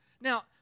Now